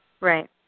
Right